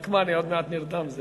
רק מה, אני עוד מעט נרדם.